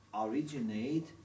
originate